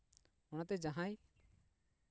ᱚᱱᱟᱛᱮ ᱡᱟᱦᱟᱸᱭ